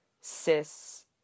cis